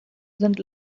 sind